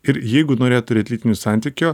ir jeigu norėjo turėt lytinių santykių